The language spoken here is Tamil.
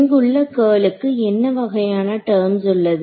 இங்குள்ள கர்லுக்கு என்ன வகையான டெர்ம்ஸ் உள்ளது